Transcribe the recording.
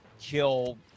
kill